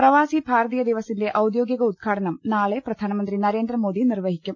പ്രവാസി ഭാരതീയ ദിവസിന്റെ ഔദ്യോഗിക ഉദ്ഘാടനം നാളെ പ്രധാനമന്ത്രി നരേന്ദ്രമോദി നിർവഹിക്കും